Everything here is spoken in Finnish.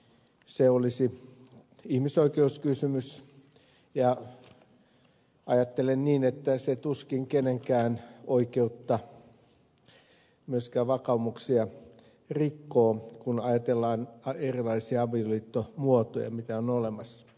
se olisi ihmisoikeuskysymys ja ajattelen niin että se tuskin kenenkään oikeutta tai myöskään vakaumuksia rikkoo kun ajatellaan erilaisia avioliittomuotoja mitä on olemassa